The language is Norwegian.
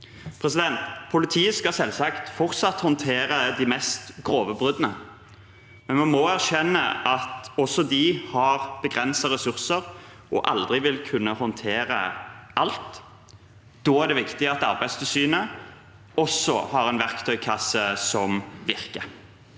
Politiet skal selvsagt fortsatt håndtere de groveste bruddene, men vi må erkjenne at også de har begrensede ressurser og aldri vil kunne håndtere alt. Da er det viktig at også Arbeidstilsynet har en verktøykasse som virker.